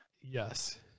yes